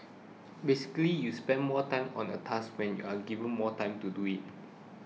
basically you spend more time on a task when you are given more time to do it